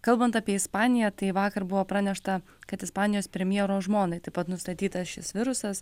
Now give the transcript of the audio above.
kalbant apie ispaniją tai vakar buvo pranešta kad ispanijos premjero žmonai taip pat nustatytas šis virusas